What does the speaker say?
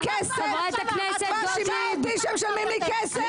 אמרתי --- את מאשימה אותי שמשלמים לי כסף?